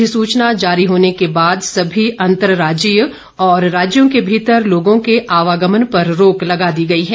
अधिसूचना जारी होने के बाद सभी अंतर्राज्यीय और राज्यों के भीतर लोगों के आवागमन पर रोक लगा दी गई है